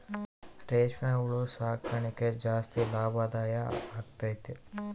ರೇಷ್ಮೆ ಹುಳು ಸಾಕಣೆ ಜಾಸ್ತಿ ಲಾಭದಾಯ ಆಗೈತೆ